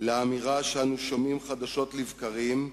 לאמירה שאנחנו שומעים חדשות לבקרים,